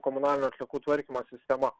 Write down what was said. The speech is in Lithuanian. komunalinių atliekų tvarkymo sistema